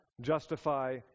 justify